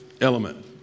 element